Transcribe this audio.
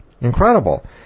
Incredible